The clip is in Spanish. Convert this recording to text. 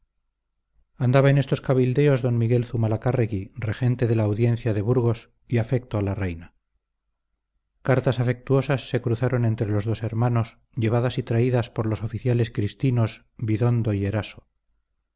andaba en estos cabildeos d miguel zumalacárregui regente de la audiencia de burgos y afecto a la reina cartas afectuosas se cruzaron entre los dos hermanos llevadas y traídas por los oficiales cristinos vidondo y eraso